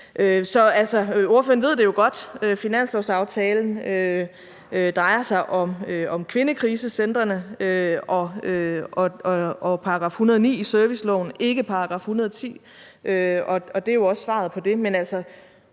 Så altså, ordføreren ved det jo godt: Finanslovsaftalen drejer sig om kvindekrisecentrene og § 109 i serviceloven, ikke § 110, og det er jo svaret på det.